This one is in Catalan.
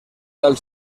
del